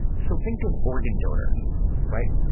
so think of organ donors right.